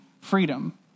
freedom